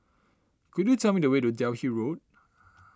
could you tell me the way to Delhi Road